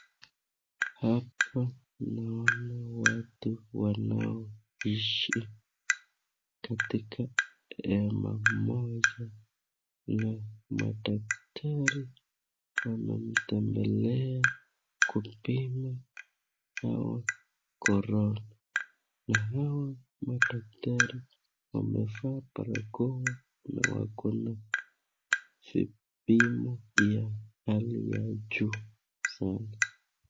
Hapa naoana watu wanaoishi katika hema moja na madaktari wanamtembelea kumpima hawa Corona , na hawa madaktari wamevaa barakoa na wako na vipimo ya hali ya juu sana.